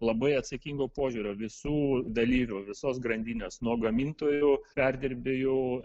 labai atsakingo požiūrio visų dalyvių visos grandinės nuo gamintojų perdirbėjų